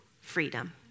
freedom